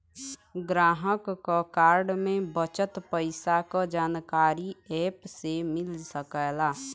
ग्राहक क कार्ड में बचल पइसा क जानकारी एप से मिल सकला